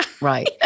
Right